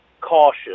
cautious